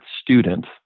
student